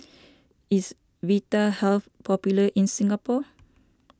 is Vitahealth popular in Singapore